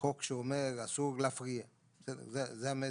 אבל אתה חושב שאסור לקיים אירוע